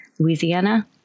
Louisiana